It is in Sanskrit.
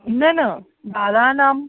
न न बालानां